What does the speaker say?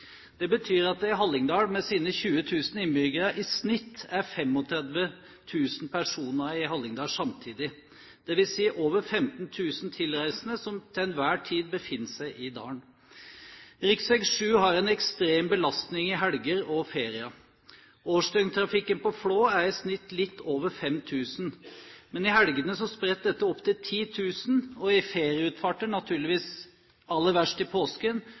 Det betyr at det i Hallingdal, med sine 20 000 innbyggere, i snitt er 35 000 personer samtidig, dvs. over 15 000 tilreisende som til enhver tid befinner seg i dalen. Riksvei 7 har en ekstrem belastning i helger og ferier. Årsdøgntrafikken på Flå er i snitt litt over 5 000, men i helgene spretter dette opp til 10 000, og i ferieutfarter, naturligvis aller verst i påsken,